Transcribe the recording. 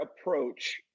approach